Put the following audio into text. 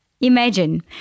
imagine